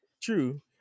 True